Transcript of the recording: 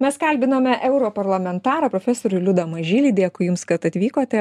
mes kalbinome europarlamentarą profesorių liudą mažylį dėkui jums kad atvykote